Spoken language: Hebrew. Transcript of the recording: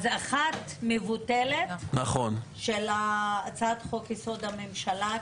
אז אחת מבוטלת, של הצעת חוק-יסוד: הממשלה.